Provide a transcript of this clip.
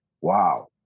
wow